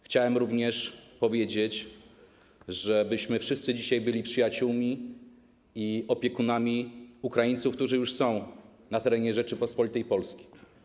Chciałem również powiedzieć, żebyśmy wszyscy dzisiaj byli przyjaciółmi i opiekunami Ukraińców, którzy już są na terenie Rzeczypospolitej Polskiej.